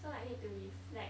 so like need to reflect